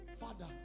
Father